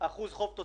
באותה